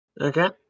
Okay